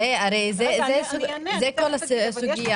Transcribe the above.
זאת כל הסוגיה